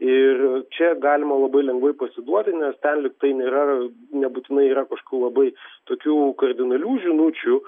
ir čia galima labai lengvai pasiduoti nes ten lygtai nėra nebūtinai yra labai tokių kardinalių žinučių